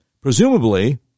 Presumably